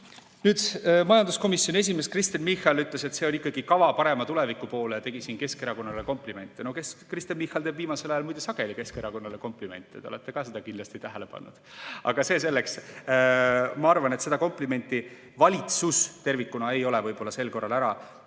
Nüüd, majanduskomisjoni esimees Kristen Michal ütles, et see on ikkagi kava parema tuleviku poole, ja tegi siin Keskerakonnale komplimente. Kristen Michal teeb viimasel ajal, muide, sageli Keskerakonnale komplimente, te olete ka kindlasti seda tähele pannud. Aga see selleks. Ma arvan, et seda komplimenti valitsus tervikuna ei ole võib-olla sel korral ära